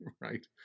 right